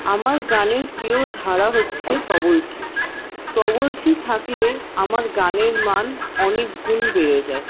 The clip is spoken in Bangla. আমার গানের প্রিয় ধারা হচ্ছে তবলচি তবলচি থাকলে আমার গানের মান অনেক গুণ বেড়ে যায়